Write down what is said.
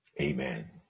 Amen